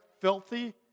filthy